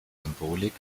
symbolik